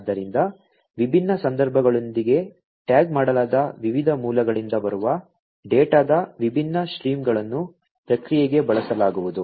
ಆದ್ದರಿಂದ ವಿಭಿನ್ನ ಸಂದರ್ಭಗಳೊಂದಿಗೆ ಟ್ಯಾಗ್ ಮಾಡಲಾದ ವಿವಿಧ ಮೂಲಗಳಿಂದ ಬರುವ ಡೇಟಾದ ವಿಭಿನ್ನ ಸ್ಟ್ರೀಮ್ಗಳನ್ನು ಪ್ರಕ್ರಿಯೆಗೆ ಬಳಸಲಾಗುವುದು